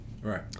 Right